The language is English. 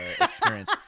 Experience